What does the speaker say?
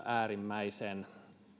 äärimmäisen